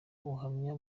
ubuhamya